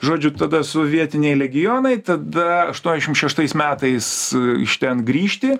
žodžiu tada sovietiniai legionai tada aštuoniašim šeštais metais iš ten grįžti